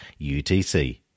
UTC